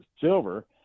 silver –